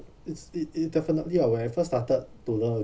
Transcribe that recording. it's it it definitely ah when I first started to learn